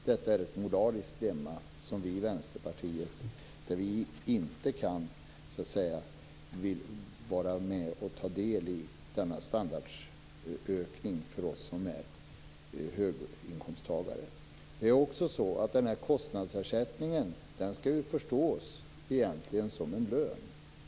Detta är ett moraliskt dilemma, och vi i Vänsterpartiet vill inte vara med om att ta del av denna standardhöjning för oss som är höginkomsttagare. Det är ju också så att den här kostnadsersättningen egentligen skall förstås som en lön.